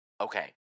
Okay